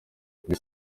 kuri